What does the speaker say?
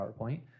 PowerPoint